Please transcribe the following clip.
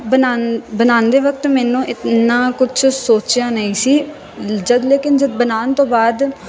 ਬਣਾਂ ਬਣਾਉਂਦੇ ਵਕਤ ਮੈਨੂੰ ਇੰਨਾ ਕੁਛ ਸੋਚਿਆ ਨਹੀਂ ਸੀ ਜਦੋਂ ਲੇਕਿਨ ਜਦੋਂ ਬਣਾਉਣ ਤੋਂ ਬਾਅਦ